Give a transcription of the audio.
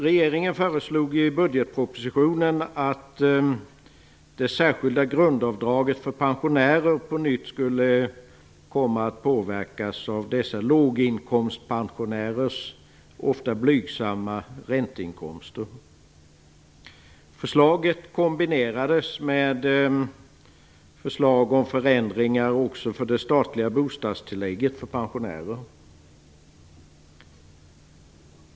Regeringen föreslog i budgetpropositionen att det särskilda grundavdraget för pensionärer på nytt skulle komma att påverkas av låginkomstpensionärernas ofta blygsamma ränteinkomster. Förslaget kombinerades med förslag till förändringar också i det statliga bostadstillägget för pensionärer.